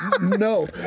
no